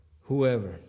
whoever